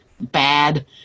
bad